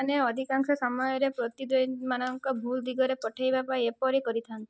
ମାନେ ଅଧିକାଂଶ ସମୟରେ ପ୍ରତିଦ୍ୱନ୍ଦ୍ୱୀ ମାନଙ୍କୁ ଭୁଲ ଦିଗରେ ପଠାଇବା ପାଇଁ ଏପରି କରିଥାନ୍ତି